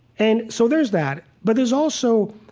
and so there's that. but there's also,